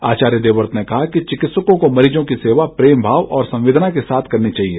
आचार्य देवव्रत ने कहा कि चिकित्सकों को मरीजों की सेवा प्रेमभाव और संवेदना के साथ करनी चाहिए